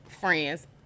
friends